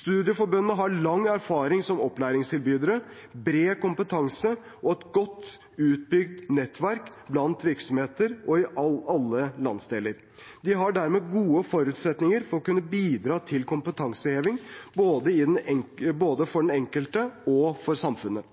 Studieforbundene har lang erfaring som opplæringstilbydere, bred kompetanse og et godt utbygd nettverk blant virksomheter – i alle landsdeler. De har dermed gode forutsetninger for å kunne bidra til kompetanseheving – både for den enkelte og for samfunnet.